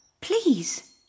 Please